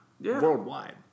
Worldwide